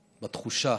בתחושה.